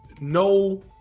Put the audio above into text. no